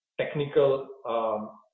technical